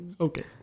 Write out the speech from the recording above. okay